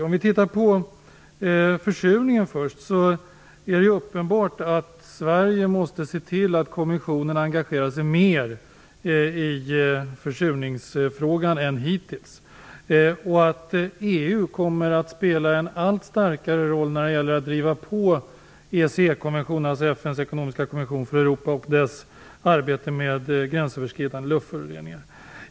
Om vi tittar på försurningen först, så är det ju uppenbart att Sverige måste se till att Kommissionen engagerar sig mer i försurningsfrågan än hittills och att EU kommer att spela en allt starkare roll när det gäller att driva på EEC-konventionen, alltså FN:s ekonomiska konvention för Europa, och dess arbete med gränsöverskridande luftföroreningar.